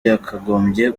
yakagombye